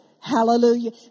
Hallelujah